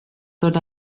ddod